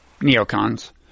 neocons